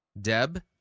Deb